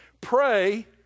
Pray